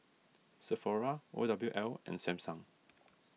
Sephora O W L and Samsung